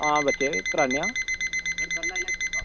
आं बच्चे करानै आं